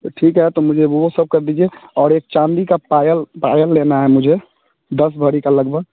तो ठीक है तो मुझे वह सब कर दीजिए और चाँदी की पायल पायल लेना है मुझे दस भरी की लगभग